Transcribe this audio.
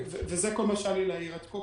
זה מה שהיה לי להעיר עד כה,